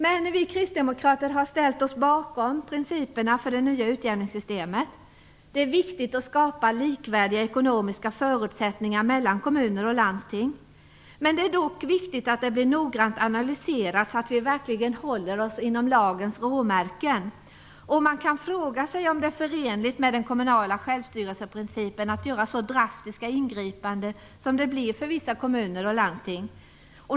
Men vi kristdemokrater har ställt oss bakom principerna för det nya utjämningssystemet. Det är viktigt att skapa likvärdiga ekonomiska förutsättningar mellan kommuner och landsting, men det är också viktigt att det blir noggrant analyserat så att vi verkligen håller oss inom lagens råmärken. Man kan fråga sig om det är förenligt med den kommunala självstyrelseprincipen att göra så drastiska ingripanden som det blir för vissa kommuner och landsting.